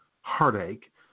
heartache